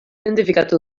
identifikatu